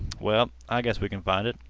well, i guess we can find it.